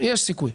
יש סיכוי.